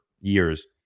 years